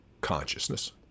consciousness